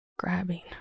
Grabbing